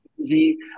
easy